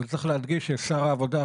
אבל צריך להדגיש ששר העבודה,